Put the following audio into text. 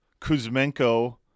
Kuzmenko